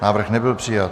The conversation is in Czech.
Návrh nebyl přijat.